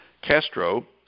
Castro